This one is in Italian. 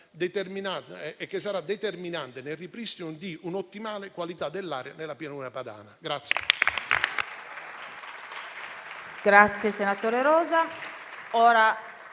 esso sarà determinante nel ripristino di un'ottimale qualità dell'aria nella pianura padana.